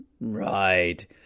Right